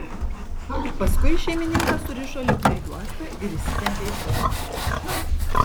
paskui šeimininką surišo lipnia juosta ir įsitempė į trobą